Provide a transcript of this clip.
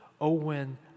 Owen